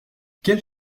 quel